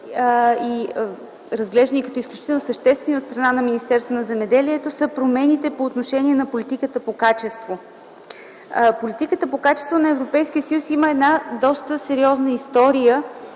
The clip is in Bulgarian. разглеждани като изключително съществени от страна на Министерството на земеделието и храните, са промените по отношение на политиката по качество. Политиката по качество на Европейския съюз има една доста сериозна история